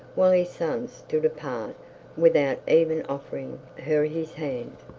while his son stood apart without even offering her his hand.